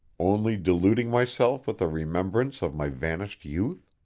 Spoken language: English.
only deluding myself with a remembrance of my vanished youth?